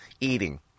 Eating